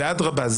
ואדרבה,